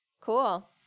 cool